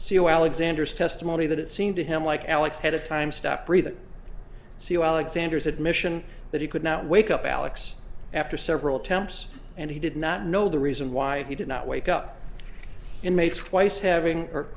o alexander's testimony that it seemed to him like alex had a time stop breathing so you alexander's admission that he could not wake up alex after several attempts and he did not know the reason why he did not wake up in may twice having or